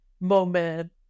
moment